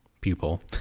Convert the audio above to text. pupil